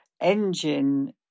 engine